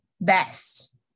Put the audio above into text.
best